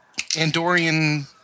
Andorian